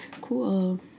cool